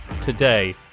today